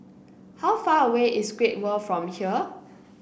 how far away is Great World from here